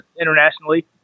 internationally